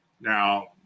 Now